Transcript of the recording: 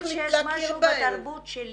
אני חושבת שבנגב זו אחת הבעיות הקשות.